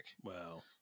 Wow